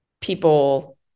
people